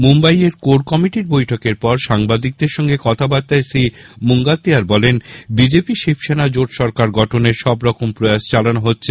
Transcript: মুম্বাইয়ে কোর কমিটির বৈঠকের পর সাংবাদিকদের সঙ্গে কথাবার্তায় শ্রী মুঙ্গাত্তিয়ার বলেন বিজেপি শিবসেনা জোট সরকার গঠনের সবরকম প্রয়াস চালানো হচ্ছে